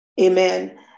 Amen